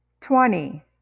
Twenty